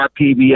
PBS